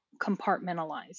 compartmentalize